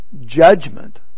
judgment